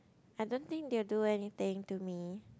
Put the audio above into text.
I don't think they will do anything to me